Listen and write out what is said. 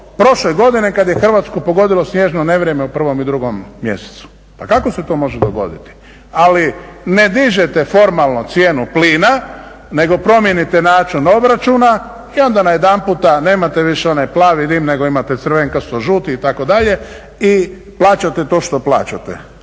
prošle godine kad je Hrvatsku pogodilo snježno nevrijeme u prvom i drugom mjesecu. Pa kako se to može dogoditi? Ali ne dižete formalnu cijenu plina, nego promijenite način obračuna i onda najedanput nemate više onaj plavi dim nego imate crvenkasto žuti, itd. i plaćate to što plaćate.